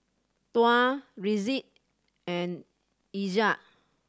Tuah Rizqi and Aizat